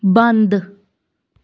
ਬੰਦ